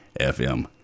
FM